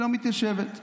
לא מתיישבת.